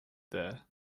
there